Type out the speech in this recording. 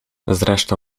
zresztą